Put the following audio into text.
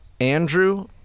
Andrew